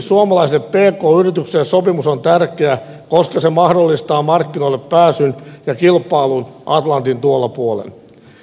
erityisesti suomalaisille pk yrityksille sopimus on tärkeä koska se mahdollistaa markkinoillepääsyn ja kilpailun atlantin tuolla puolen